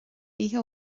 oíche